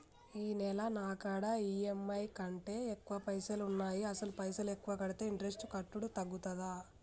ఈ నెల నా కాడా ఈ.ఎమ్.ఐ కంటే ఎక్కువ పైసల్ ఉన్నాయి అసలు పైసల్ ఎక్కువ కడితే ఇంట్రెస్ట్ కట్టుడు తగ్గుతదా?